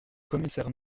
commissaire